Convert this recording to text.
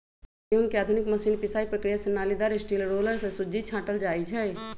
गहुँम के आधुनिक मशीन पिसाइ प्रक्रिया से नालिदार स्टील रोलर से सुज्जी छाटल जाइ छइ